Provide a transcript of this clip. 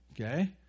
Okay